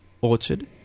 orchard